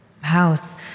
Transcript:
house